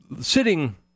sitting